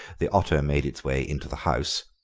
the otter made its way into the house,